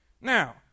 Now